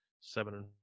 seven